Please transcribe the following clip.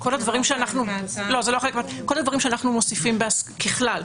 כל הדברים שאנחנו מוסיפים בהסכמות,